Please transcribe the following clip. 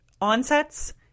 onsets